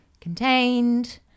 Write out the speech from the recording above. contained